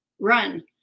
run